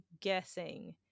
guessing